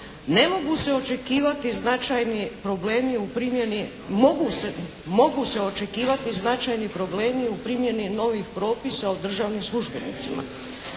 mogu se očekivati značajni problemi u primjeni novih propisa o državnim službenicima.